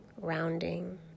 rounding